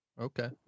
Okay